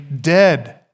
dead